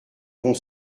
vont